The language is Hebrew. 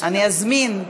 אני אזמין,